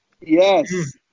Yes